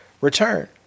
return